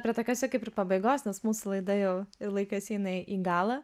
prie tokios jau kaip ir pabaigos nes mūsų laida jau ir laikas eina į galą